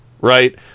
Right